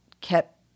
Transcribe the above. kept